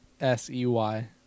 s-e-y